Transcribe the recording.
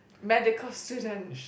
medical student